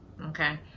okay